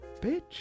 bitch